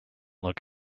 look